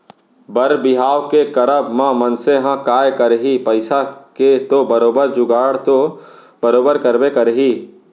बर बिहाव के करब म मनसे ह काय करही पइसा के तो बरोबर जुगाड़ तो बरोबर करबे करही